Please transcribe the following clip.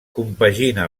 compagina